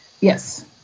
yes